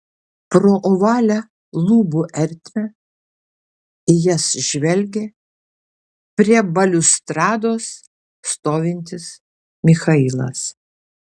pro ovalią lubų ertmę į jas žvelgė prie baliustrados stovintis michailas